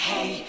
Hey